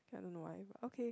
I don't know why okay